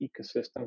ecosystem